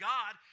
God